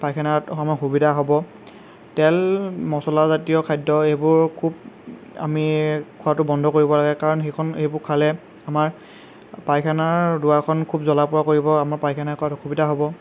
পায়খানাত আমাৰ সুবিধা হ'ব তেল মছলাজাতীয় খাদ্য এইবোৰ খুব আমি খোৱাটো বন্ধ কৰিব লাগে কাৰণ সেইখন সেইবোৰ খালে আমাৰ পায়খানাৰ দুৱাৰখন খুব জ্বলা পোৰা কৰিব আমাৰ পায়খানা কৰাত অসুবিধা হ'ব